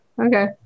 Okay